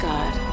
God